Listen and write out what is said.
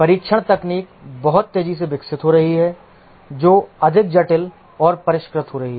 परीक्षण तकनीक बहुत तेज़ी से विकसित हो रही है जो अधिक जटिल और परिष्कृत हो रही है